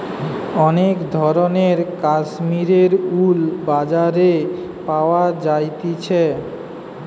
অনেক ধরণের কাশ্মীরের উল বাজারে পাওয়া যাইতেছে